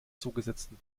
zugesetzten